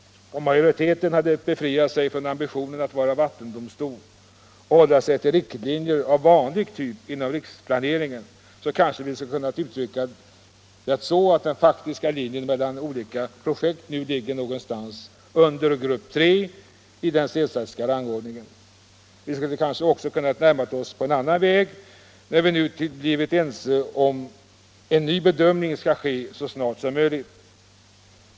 Om majoriteten kunde befria sig från ambitionen att vara vattendomstol och hålla sig till riktlinjer av vanlig typ inom riksplaneringen, så kanske vi skulle kunna uttrycka det så att den faktiska linjen mellan olika projekt nu ligger någonstans under grupp 3 i Sehlstedts rangordning. Vi skulle kanske också ha kunnat närma oss på en annan väg när vi nu blivit ense om att en ny bedömning skall ske så snart som möjligt.